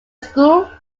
school